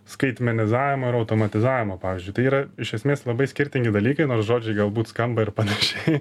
skaitmenizavimo ir automatizavimo pavyzdžiui tai yra iš esmės labai skirtingi dalykai nors žodžiai galbūt skamba ir panašiai